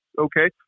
okay